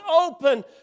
open